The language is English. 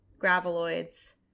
Graveloids